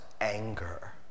anger